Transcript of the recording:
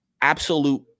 absolute